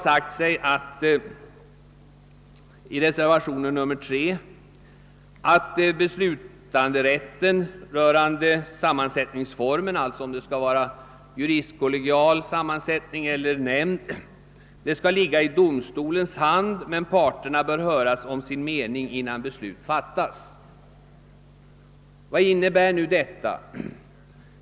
Enligt reservationen 3 skall beslutanderätten rörande sammansättningsformen, d.v.s. om det skall vara juristkollegial sammansättning = eller nämnd, ligga i domstols hand men parterna bör höras om sin mening innan beslut fattas. Vad innebär nu detta?